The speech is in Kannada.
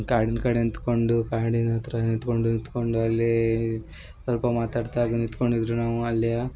ಕಾಡಿನ ಕಡೆ ನಿಂತುಕೊಂಡು ಕಾಡಿನ ಹತ್ರ ನಿಂತುಕೊಂಡು ನಿಂತುಕೊಂಡು ಅಲ್ಲಿ ಸ್ವಲ್ಪ ಮಾತಾಡ್ತಾ ಹಾಗೆ ನಿಂತುಕೊಂಡಿದ್ರು ನಾವು ಅಲ್ಲೇ